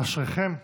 אשריכם.